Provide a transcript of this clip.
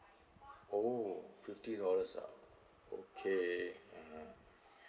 oh fifty dollars ah okay mm